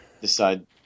decide